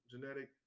genetic